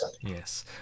Yes